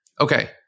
Okay